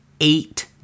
eight